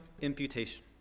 imputation